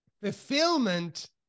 Fulfillment